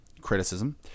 criticism